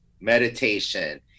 meditation